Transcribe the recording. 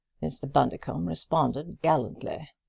mr. bundercombe responded gallantly.